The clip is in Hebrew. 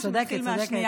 או שנתחיל מהשנייה?